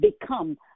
Become